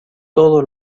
todo